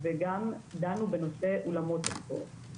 וגם דנו בנושא אולמות הספורט.